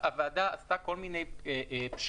הוועדה עשתה כל מיני פשרות.